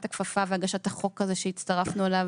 הכפפה והגשת החוק הזה שהצטרפנו אליו.